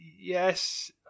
Yes